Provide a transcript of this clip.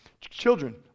Children